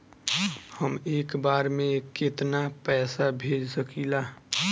हम एक बार में केतना पैसा भेज सकिला?